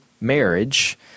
marriage